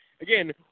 Again